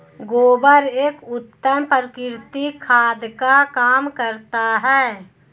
गोबर एक उत्तम प्राकृतिक खाद का काम करता है